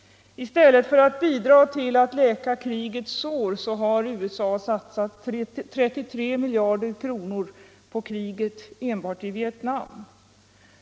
I stället för att bidra till att läka krigets sår har USA satsat 33 miljarder kr. på kriget enbart i Vietnam.